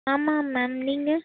ஆமாம் மேம் நீங்கள்